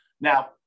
Now